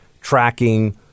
tracking